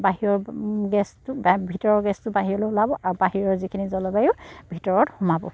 বাহিৰৰ গেছটো ভিতৰৰ গেছটো বাহিৰৰেলৈ ওলাব আৰু বাহিৰৰ যিখিনি জলবায়ুুৰ ভিতৰত সোমাব